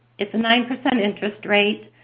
it's a nine percent interest rate.